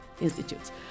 institutes